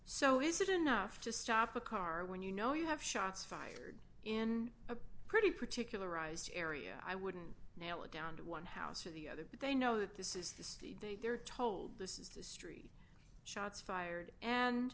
so is it enough to stop a car when you know you have shots fired in a pretty particularized area i wouldn't nail it down to one house or the other but they know that this is this they're told this is the street shots fired and